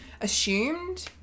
Assumed